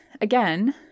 again